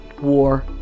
War